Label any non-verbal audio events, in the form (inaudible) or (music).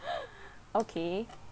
(laughs) okay